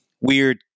weird